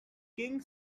king